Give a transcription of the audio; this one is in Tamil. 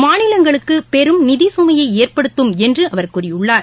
மாநிலங்களுக்கு பெரும் நிதி சுமையை ஏற்படுத்தும் என்று அவர் கூறியுள்ளார்